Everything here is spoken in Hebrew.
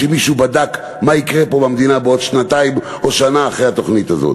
שמישהו בדק מה יקרה פה במדינה בעוד שנתיים או שנה אחרי התוכנית הזאת.